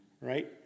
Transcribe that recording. Right